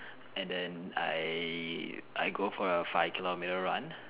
and then I I go for a five kilometer run